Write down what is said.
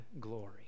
glory